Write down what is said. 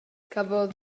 cafodd